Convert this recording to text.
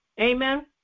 Amen